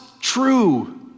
true